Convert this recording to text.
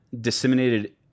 disseminated